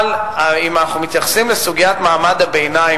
אבל אם אנחנו מתייחסים לסוגיית מעמד הביניים,